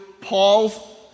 Paul's